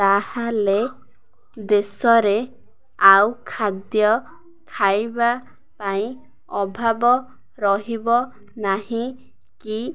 ତା'ହେଲେ ଦେଶରେ ଆଉ ଖାଦ୍ୟ ଖାଇବା ପାଇଁ ଅଭାବ ରହିବ ନାହିଁ କି